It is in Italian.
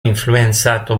influenzato